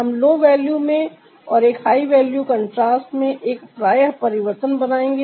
हम low value में और एक हाई वैल्यू कंट्रास्ट में एक प्रायः परिवर्तन बनाएंगे